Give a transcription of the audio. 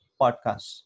podcast